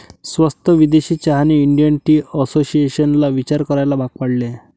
स्वस्त विदेशी चहाने इंडियन टी असोसिएशनला विचार करायला भाग पाडले आहे